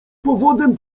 powodem